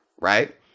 right